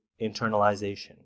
internalization